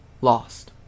Lost